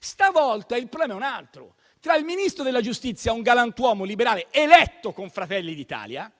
Stavolta il problema è un altro: tra il Ministro della giustizia, un galantuomo liberale eletto con Fratelli d'Italia,